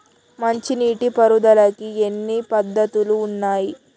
మంచి నీటి పారుదలకి ఎన్ని పద్దతులు ఉన్నాయి?